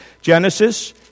Genesis